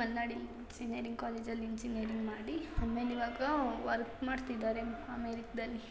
Malnad engineering ಕಾಲೇಜಲ್ಲಿ engineering ಮಾಡಿ ಆಮೇಲೆ ಇವಾಗ ವರ್ಕ್ ಮಾಡ್ತಿದ್ದಾರೆ ಅಮೇರಿಕದಲ್ಲಿ